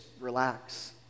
relax